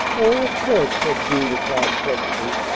oh, of course, said julia cloud pleasantly.